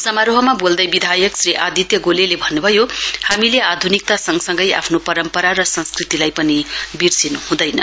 समारोहमा बोल्दै विधायक श्री आदित्य गोलेले भन्नुभयो हामीले आधुनिकता सँगसँगै आफ्नो परम्परा र संस्कृतिलाई पनि विर्सनु हुँदैन